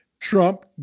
Trump